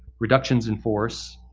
reductions in force,